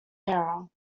era